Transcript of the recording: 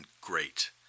great